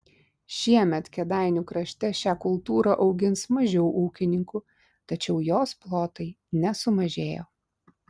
šiemet kėdainių krašte šią kultūrą augins mažiau ūkininkų tačiau jos plotai nesumažėjo